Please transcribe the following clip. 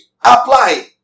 apply